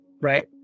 Right